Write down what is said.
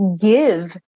give